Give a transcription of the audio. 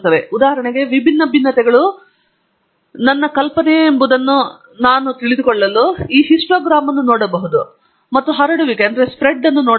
ಉದಾಹರಣೆಗೆ ವಿವಿಧ ಭಿನ್ನತೆಗಳು ಉತ್ತಮವಾದ ನನ್ನ ಕಲ್ಪನೆಯೇ ಎಂಬುದನ್ನು ನಾವು ತಿಳಿದುಕೊಳ್ಳಲು ನಾವು ಹಿಸ್ಟೋಗ್ರಾಮ್ ಅನ್ನು ನೋಡಬಹುದು ಮತ್ತು ಹರಡುವಿಕೆಯನ್ನು ನೋಡಬಹುದಾಗಿದೆ